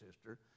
sister